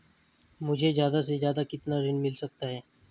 मुझे ज्यादा से ज्यादा कितना ऋण मिल सकता है?